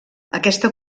aquesta